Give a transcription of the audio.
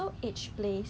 wire